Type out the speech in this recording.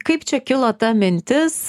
kaip čia kilo ta mintis